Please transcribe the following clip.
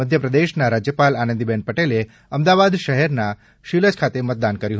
મધ્યપ્રદેશના રાજયપાલ આનંદીબેન પટેલે અમદાવાદ શહેરના શીલજ ખાતે મતદાન કર્યું